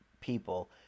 people